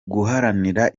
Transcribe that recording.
guharanira